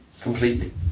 completely